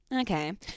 okay